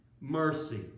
mercy